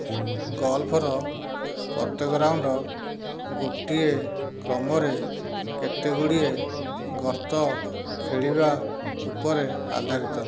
golfer ପ୍ରତ୍ୟେକ round ଗୋଟିଏ କ୍ରମରେ କେତେ ଗୁଡ଼ିଏ ଗର୍ତ୍ତ ଖେଳିବା ଉପରେ ଆଧାରିତ